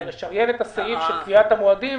אבל לשריין את הסעיף של קביעת המועדים.